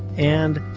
and,